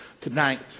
Tonight